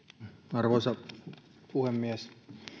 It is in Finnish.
arvoisa puhemies